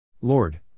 Lord